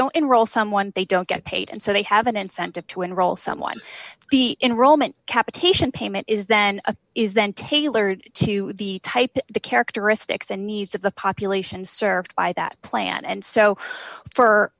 don't enroll someone they don't get paid and so they have an incentive to enroll someone the enrollment capitation payment is then it is then tailored to the type the characteristics and needs of the population served by that plan and so for